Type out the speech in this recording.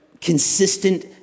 consistent